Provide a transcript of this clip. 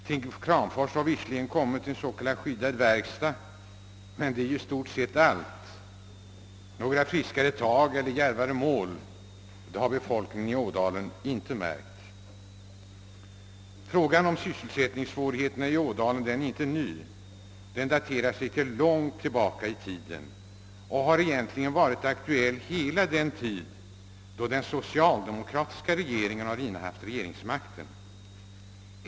Till Kramfors har visserligen kommit en s.k. skyddad verkstad, men det är i stort sett allt. Några friskare tag eller djärvare mål har befolkningen i Ådalen inte märkt. Sysselsättningssvårigheterna i Ådalen daterar sig långt tillbaka i tiden och har egentligen varit aktuella under hela den tid då socialdemokraterna innehaft regeringsmakten.